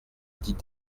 dit